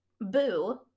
boo